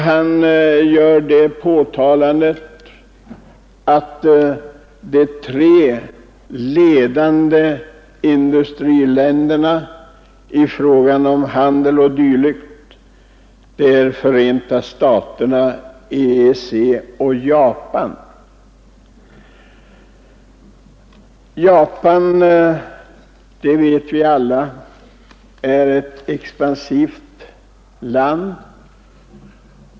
Han gör påpekandet att de tre ledande industriländerna och grupperna i fråga om handel o.d. är Förenta staterna, EEC och Japan. Vi vet alla att Japan är ett expansivt land.